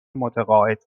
متقاعد